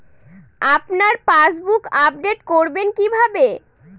আপনার passbook update করবেন কিভাবে?